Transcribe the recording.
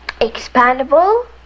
expandable